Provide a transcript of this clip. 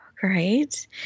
Great